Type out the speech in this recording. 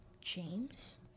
James